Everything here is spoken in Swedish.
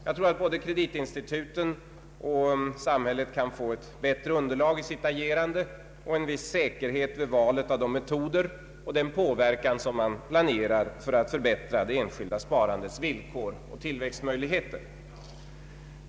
Jag tror att både kreditinstituten och samhället kan få ett bättre underlag för sitt agerande och en viss säkerhet vid valet av de metoder och den påverkan som man planerar för att förbättra det enskilda sparandets villkor och tillväxtmöjligheter.